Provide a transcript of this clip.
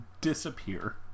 disappear